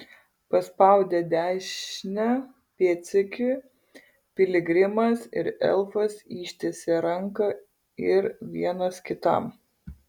paspaudę dešinę pėdsekiui piligrimas ir elfas ištiesė ranką ir vienas kitam